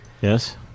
Yes